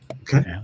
Okay